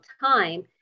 time